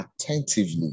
attentively